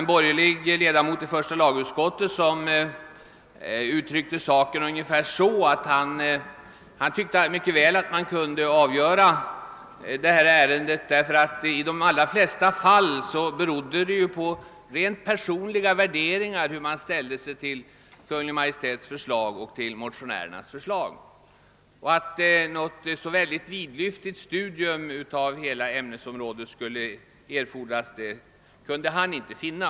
En borgerlig ledamot av första lagutskottet uttryckte saken så, att man mycket väl kunde avgöra detta ärende. eftersom det i de allra flesta fall beror på rent personliga värderingar hur man ställer sig till Kungl. Maj:ts förslag och till motionerna — något vidlyftigt studium av hela ämnesområdet erfordrades därför inte.